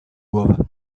głowy